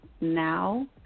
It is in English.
now